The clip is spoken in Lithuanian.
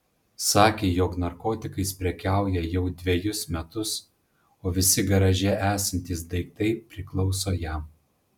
sakė jog narkotikais prekiauja jau dvejus metus o visi garaže esantys daiktai priklauso jam